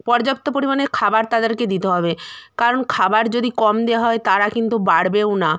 পর্যাপ্ত পরিমাণে খাবার তাদেরকে দিতে হবে কারণ খাবার যদি কম দেয়া হয় তারা কিন্তু বাড়বেও না